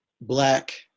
black